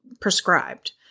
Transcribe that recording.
prescribed